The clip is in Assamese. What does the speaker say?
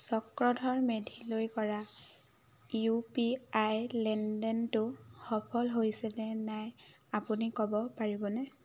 চক্ৰধৰ মেধিলৈ কৰা ইউ পি আই লেনদেনটো সফল হৈছেনে নাই আপুনি ক'ব পাৰিবনে